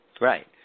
Right